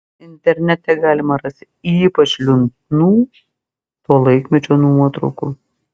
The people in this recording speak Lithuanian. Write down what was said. internete galima rasti ypač liūdnų to laikmečio nuotraukų